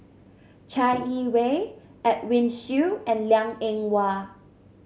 Chai Yee Wei Edwin Siew and Liang Eng Hwa